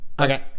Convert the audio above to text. Okay